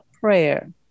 prayer